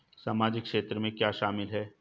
सामाजिक क्षेत्र में क्या शामिल है?